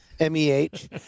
M-E-H